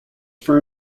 for